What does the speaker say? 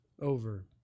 over